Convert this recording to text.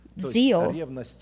Zeal